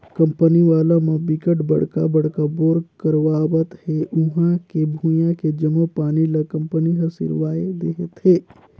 company वाला म बिकट बड़का बड़का बोर करवावत हे उहां के भुइयां के जम्मो पानी ल कंपनी हर सिरवाए देहथे